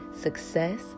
success